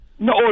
No